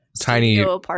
tiny